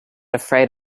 afraid